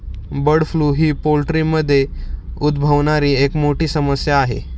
bird flu ही पोल्ट्रीमध्ये उद्भवणारी एक मोठी समस्या आहे